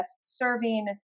serving